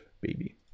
baby